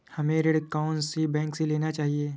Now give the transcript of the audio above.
हमें ऋण कौन सी बैंक से लेना चाहिए?